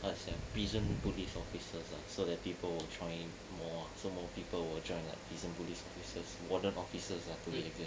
how to say prison police officers lah so that people will join more ah so more people will join like prison police officers warden officers to be exact